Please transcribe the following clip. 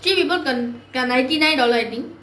see people can get ninety nine dollar I think